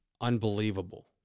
unbelievable